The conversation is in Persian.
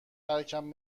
ترکم